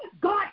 God